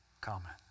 comment